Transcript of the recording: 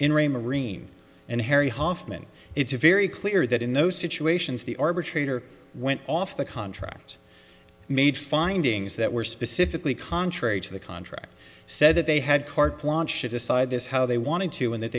re marine and harry hoffman it's very clear that in those situations the arbitrator went off the contract made findings that were specifically contrary to the contract said that they had carte blanche to decide this how they wanted to win that